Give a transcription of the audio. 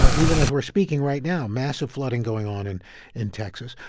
ah even as we're speaking right now, massive flooding going on in in texas.